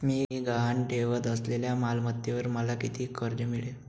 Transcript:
मी गहाण ठेवत असलेल्या मालमत्तेवर मला किती कर्ज मिळेल?